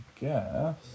guess